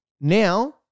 now